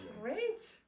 Great